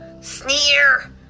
sneer